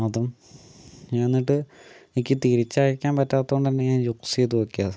അതും ഞാൻ എന്നിട്ട് എനിക്ക് തിരിച്ചയക്കാൻ പറ്റാത്ത കൊണ്ട് തന്നെ ഞാൻ യൂസ് ചെയ്ത് നോക്കിയതാ